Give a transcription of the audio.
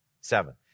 Seven